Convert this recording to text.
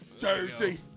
jersey